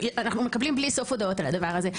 אנחנו מקבלים על הדבר הזה הודעות בלי סוף,